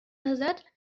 назад